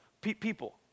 people